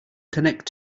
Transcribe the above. connect